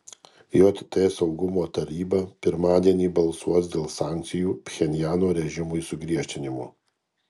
jt saugumo taryba pirmadienį balsuos dėl sankcijų pchenjano režimui sugriežtinimo